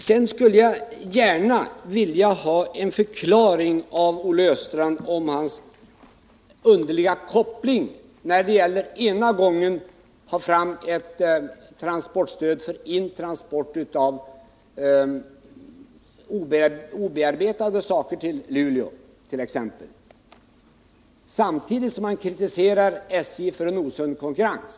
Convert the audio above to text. Vidare skulle jag gärna vilja ha en förklaring av Olle Östrand till hans underliga koppling: Å ena sidan vill han ha ett transportstöd för intransport av obearbetade saker till exempelvis Borlänge, å andra sidan kritiserar han SJ för en osund konkurrens.